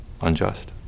unjust